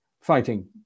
fighting